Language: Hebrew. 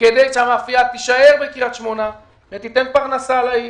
כדי שהמאפייה תישאר בקריית שמונה ותיתן פרנסה לעיר,